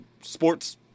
sports